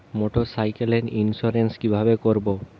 মোটরসাইকেলের ইন্সুরেন্স কিভাবে করব?